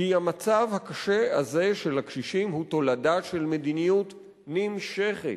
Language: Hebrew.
כי המצב הקשה הזה של הקשישים הוא תולדה של מדיניות נמשכת.